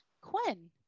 Quinn